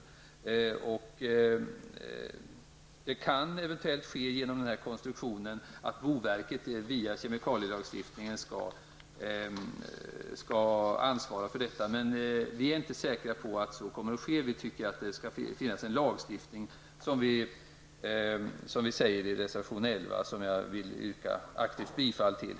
Konstruktionen kan eventuellt vara sådan att boverket via kemikalielagstiftningen skall ansvara för detta. Men vi är inte säkra på att så kommer att ske. Vi tycker att det skall finnas en lagstiftning, som vi säger i reservation 11, vilken jag aktivt vill yrka bifall till.